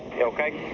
okay?